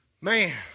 Man